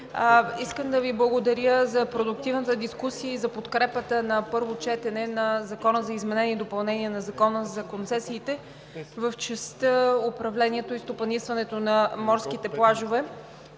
Искам да Ви благодаря за продуктивната дискусия и за подкрепата на първо четене на Закона за изменение и допълнение на Закона за концесиите в частта за управлението и стопанисването на морските плажове.